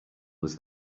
was